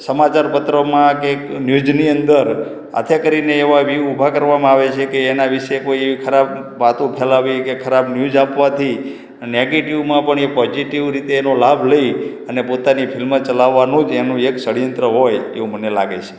સમાચાર પત્રોમાં કે ન્યૂઝની અંદર હાથે કરીને એવા વ્યૂ ઊભા કરવામાં આવે છે કે એના વિશે કોઈ ખરાબ વાતો ફેલાવી કે ખરાબ ન્યૂઝ આપવાથી નૅગેટિવમાં પણ એ પોઝિટિવ રીતે એનો લાભ લઈ અને પોતાની ફિલ્મ ચલાવવાનું જ એનું એક ષડયંત્ર હોય એવું જ મને લાગે છે